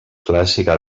clàssica